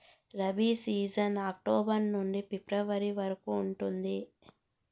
rabi season October నుండి February వరకు ఉంటుంది